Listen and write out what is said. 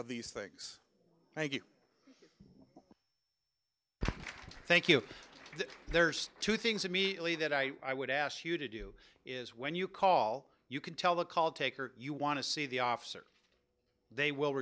of these things thank you thank you there's two things immediately that i would ask you to do is when you call you can tell the call taker you want to see the officer they will